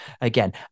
again